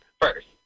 first